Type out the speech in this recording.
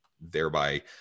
thereby